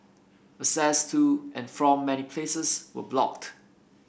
access to and from many places were blocked